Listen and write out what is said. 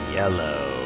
yellow